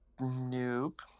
Nope